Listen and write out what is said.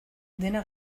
dena